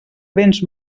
béns